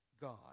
God